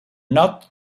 not